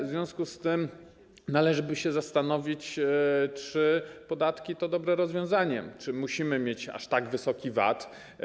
W związku z tym należałoby się zastanowić, czy podatki to dobre rozwiązanie, czy musimy mieć aż tak wysoki VAT.